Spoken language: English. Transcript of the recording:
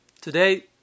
Today